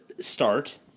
start